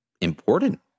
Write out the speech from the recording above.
important